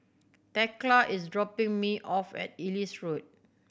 Thekla is dropping me off at Ellis Road